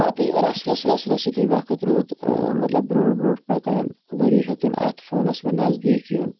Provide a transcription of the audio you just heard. پَتہٕ رَس رَس رَس رَس یُتھُے وقت روٗد مطلب برٛونٛٹھ برٛونٛٹھ پَکان ؤری ہیوٚتُن اَتھ فونَس وۅنۍ نَٔزدیٖک یُن